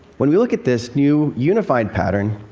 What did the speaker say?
when we look at this new unified pattern,